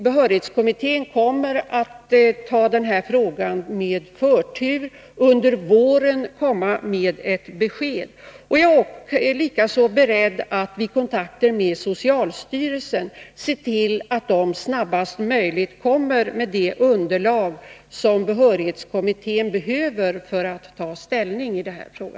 Behörighetskommittén skall behandla detta ärende med förtur och skall under våren komma med ett besked. Jag är likaså beredd att vid kontakter med socialstyrelsen se till att styrelsen snabbast möjligt lämnar det underlag som behörighetskommittén behöver för att ta ställning i denna fråga.